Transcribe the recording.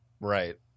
Right